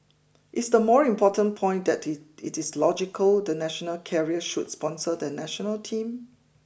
is the more important point that it it is logical the national carrier should sponsor the national team